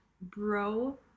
Bro